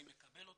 אני מקבל אותו,